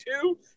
two